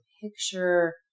picture